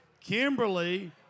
Kimberly